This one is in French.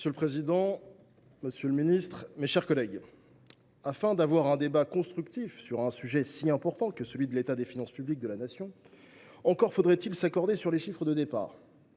Monsieur le président, monsieur le ministre, mes chers collègues, pour un débat constructif sur un sujet si important que celui de l’état des finances publiques de la Nation, encore faudrait il s’accorder sur les chiffres de départ.